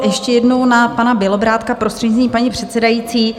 Ještě jednou na pana Bělobrádka, prostřednictvím paní předsedající.